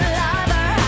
lover